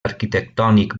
arquitectònic